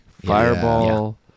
fireball